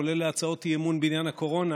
כולל להצעות אי-אמון בעניין הקורונה,